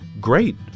Great